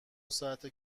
ساعته